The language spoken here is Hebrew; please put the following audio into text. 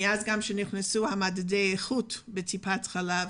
מאז שנכנסו מדדי האיכות לטיפות החלב,